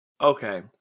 Okay